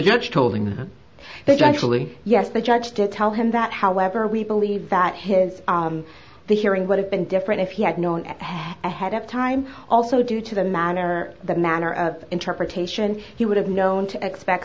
judge told anyone that actually yes the judge did tell him that however we believe that his the hearing would have been different if he had known had ahead of time also due to the manner the manner of interpretation he would have known to expect